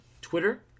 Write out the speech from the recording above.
Twitter